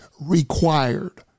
required